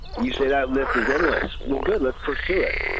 you say that list is endless. well good, lets pursue it.